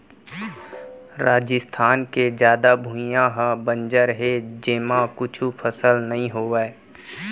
राजिस्थान के जादा भुइयां ह बंजर हे जेमा कुछु फसल नइ होवय